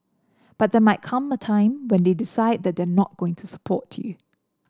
but there might come a time when they decide that they're not going to support you